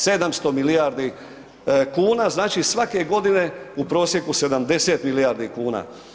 700 milijardi kuna, znači svake godine u prosjeku 70 milijardi kuna.